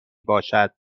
باشد